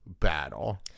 Battle